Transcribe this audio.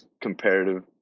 comparative